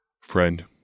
Friend